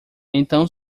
então